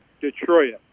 Detroit